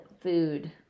food